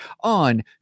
on